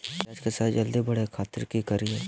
प्याज के साइज जल्दी बड़े खातिर की करियय?